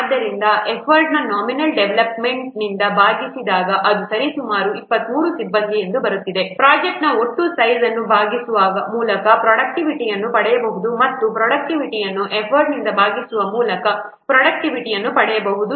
ಆದ್ದರಿಂದ ಎಫರ್ಟ್ ಅನ್ನು nominal development ಟೈಮ್ನಿಂದ ಭಾಗಿಸಿದಾಗ ಅದು ಸರಿಸುಮಾರು 23 ಸಿಬ್ಬಂದಿ ಎಂದು ಬರುತ್ತಿದೆ ಪ್ರೊಜೆಕ್ಟ್ನ ಒಟ್ಟು ಸೈಜ್ ಅನ್ನು ಭಾಗಿಸುವ ಮೂಲಕ ಪ್ರೊಡಕ್ಟಿವಿಟಿಯನ್ನು ಪಡೆಯಬಹುದು ಮತ್ತು ಪ್ರೊಡಕ್ಟಿವಿಟಿಯನ್ನು ಎಫರ್ಟ್ನಿಂದ ಭಾಗಿಸುವ ಮೂಲಕ ಪ್ರೊಡಕ್ಟಿವಿಟಿಯನ್ನು ಪಡೆಯಬಹುದು